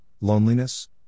loneliness